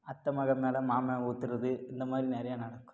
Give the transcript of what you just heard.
அத்தை மகள் மேல் மாமே ஊற்றுறது இந்த மாதிரி நிறையா நடக்கும்